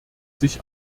sich